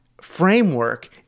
framework